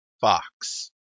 Fox